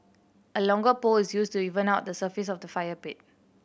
a longer pole is used to even out the surface of the fire pit